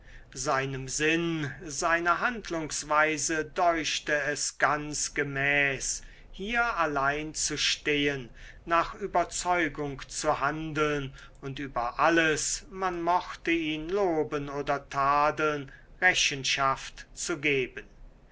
seinem sinn seiner handlungsweise deuchte es ganz gemäß hier allein zu stehen nach überzeugung zu handeln und über alles man mochte ihn loben oder tadeln rechenschaft zu geben